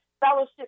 fellowship